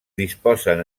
disposen